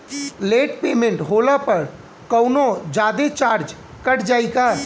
Late payment होला पर कौनोजादे चार्ज कट जायी का?